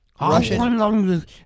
Russian